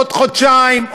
עוד חודשיים,